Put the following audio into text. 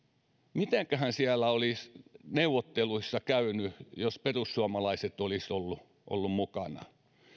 mitenköhän olisi neuvotteluissa käynyt jos perussuomalaiset olisivat olleet olleet mukana